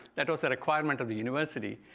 that was the requirement of the university,